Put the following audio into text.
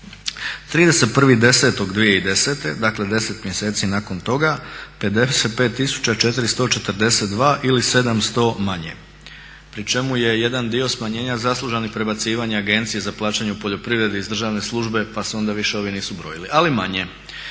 31.10.2010.dakle deset mjeseci nakon toga 55 442 ili 700 manje pri čemu je jedan dio smanjenja zaslužan i prebacivanje Agencije za plaćanje u poljoprivredi iz državne službe pa se onda više ovi nisu brojili, ali manje.